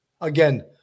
Again